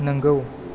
नोंगौ